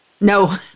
No